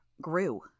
grew